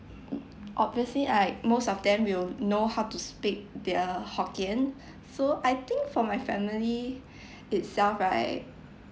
obviously like most of them will know how to speak their hokkien so I think for my family itself right